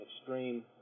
extreme